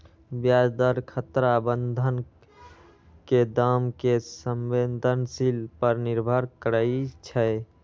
ब्याज दर खतरा बन्धन के दाम के संवेदनशील पर निर्भर करइ छै